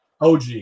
OG